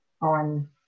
on